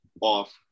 off